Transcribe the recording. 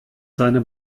seiner